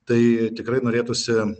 tai tikrai norėtųsi